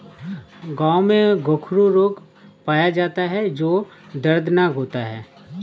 गायों में गोखरू रोग पाया जाता है जो दर्दनाक होता है